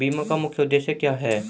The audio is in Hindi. बीमा का मुख्य उद्देश्य क्या है?